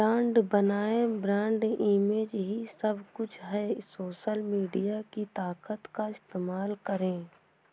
brand बनाएं, brand image ही सब कुछ है, सोशल मीडिया की ताकत का इस्तेमाल करें